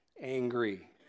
angry